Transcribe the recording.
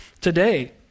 today